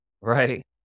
right